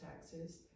taxes